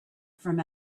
from